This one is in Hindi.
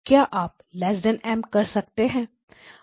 क्या आप M कम कर सकते हैं